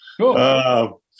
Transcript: Cool